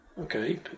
Okay